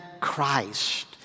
Christ